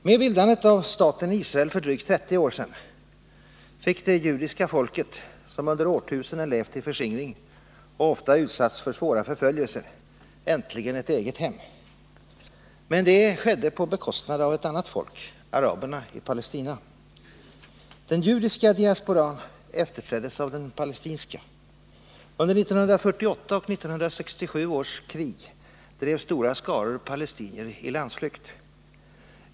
Med bildandet av staten Israel för drygt 30 år sedan fick det judiska folket, som under årtusenden levt i förskingring och ofta utsatts för svåra förföljelser, äntligen ett eget hem. Men det skedde på bekostnad av ett annat folk — araberna i Palestina. Den judiska diasporan efterträddes av den palestinska. Under 1948 och 1967 års krig drevs stora skaror palestinier i landsflykt.